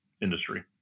industry